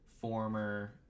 former